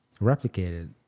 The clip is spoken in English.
replicated